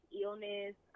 illness